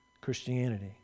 Christianity